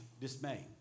dismay